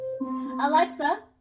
Alexa